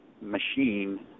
machine